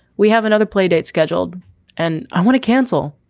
we have another play date scheduled and i want to cancel.